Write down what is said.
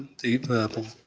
deep purple.